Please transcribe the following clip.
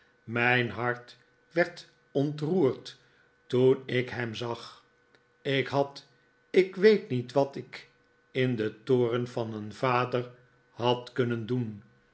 mijn hart werd ontroerd toen ik hem zag ik had ik weet niet wat ik in den toorn van een vader had kunnen doen